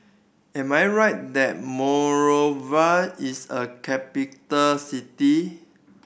am I right that Monrovia is a capital city